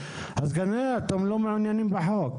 כנראה שאתם לא מעוניינים בחוק.